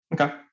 Okay